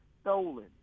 stolen